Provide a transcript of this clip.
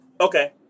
Okay